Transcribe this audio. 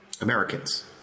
Americans